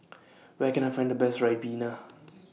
Where Can I Find The Best Ribena